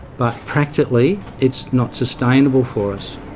but practically it's not sustainable for us.